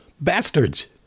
bastards